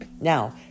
now